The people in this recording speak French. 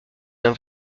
d’un